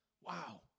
Wow